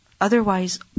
Otherwise